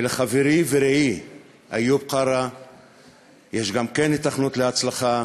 ולחברי ורעי איוב קרא יש גם כן היתכנות להצלחה,